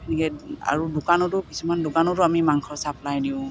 সেনেকৈ আৰু দোকানতো কিছুমান দোকানতো আমি মাংস চাপ্লাই দিওঁ